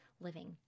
living